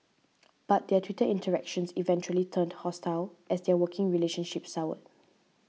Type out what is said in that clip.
but their Twitter interactions eventually turned hostile as their working relationship soured